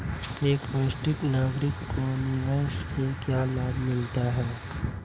एक वरिष्ठ नागरिक को निवेश से क्या लाभ मिलते हैं?